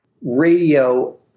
radio